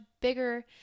bigger